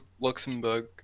Luxembourg